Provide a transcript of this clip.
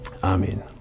Amen